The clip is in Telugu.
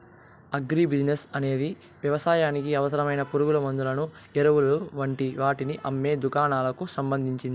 అగ్రి బిసినెస్ అనేది వ్యవసాయానికి అవసరమైన పురుగుమండులను, ఎరువులు వంటి వాటిని అమ్మే దుకాణాలకు సంబంధించింది